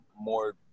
more